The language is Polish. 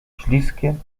śliskie